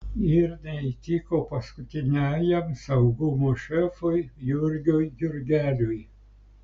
ir neįtiko paskutiniajam saugumo šefui jurgiui jurgeliui